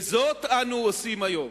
וזאת אנו עושים היום.